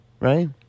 right